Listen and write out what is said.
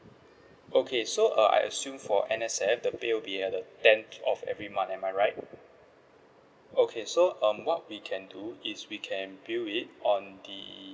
okay so uh I assume for N_S_F the pay will be at the tenth of every month am I right okay so um what we can do is we can bill it on the